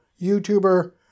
YouTuber